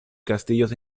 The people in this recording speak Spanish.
castillos